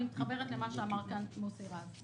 אני מתחברת למה שאמר כאן מוסי רז.